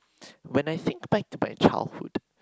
when I think back to my childhood